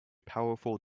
powerful